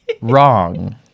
wrong